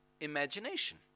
imagination